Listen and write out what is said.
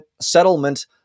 settlement